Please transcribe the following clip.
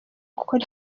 gukora